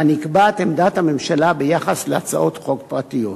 שבה נקבעת עמדת הממשלה ביחס להצעות חוק פרטיות.